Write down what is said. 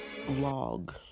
vlog